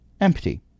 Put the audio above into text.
empty